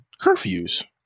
curfews